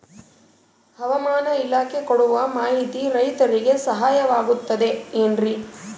ಹವಮಾನ ಇಲಾಖೆ ಕೊಡುವ ಮಾಹಿತಿ ರೈತರಿಗೆ ಸಹಾಯವಾಗುತ್ತದೆ ಏನ್ರಿ?